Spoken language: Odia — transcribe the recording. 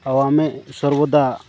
ଆଉ ଆମେ ସର୍ବଦା